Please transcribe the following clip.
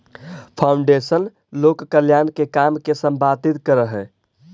foundation लोक कल्याण के काम के संपादित करऽ हई